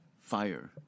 fire